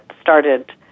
started